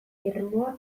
irmoa